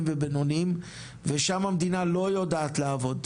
והבינוניים ושם המדינה לא יודעת לעבוד,